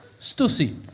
Stussy